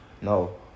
No